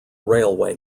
railway